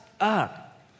up